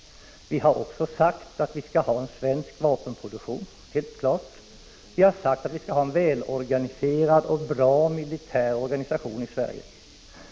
Vi har också klart uttalat att vi skall ha en svensk vapenproduktion och en välorganiserad och bra militärorganisation i Sverige.